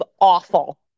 awful